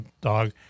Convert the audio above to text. dog